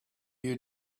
you